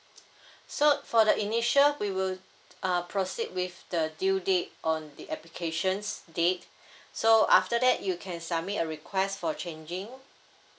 so for the initial we will uh proceed with the due date on the applications date so after that you can submit a request for changing